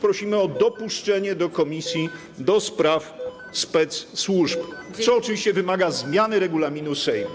Prosimy o dopuszczenie do komisji do spraw spec-służb, co oczywiście wymaga zmiany regulaminu Sejmu.